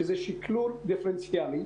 שזה שקלול דיפרנציאלי